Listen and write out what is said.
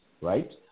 right